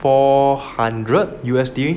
four hundred U_S_D